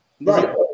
Right